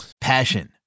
Passion